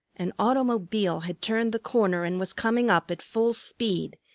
an automobile had turned the corner and was coming up at full speed.